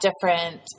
different